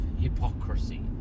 hypocrisy